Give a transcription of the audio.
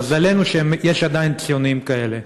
מזלנו שיש עדיין ציונים כאלה.